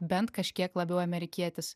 bent kažkiek labiau amerikietis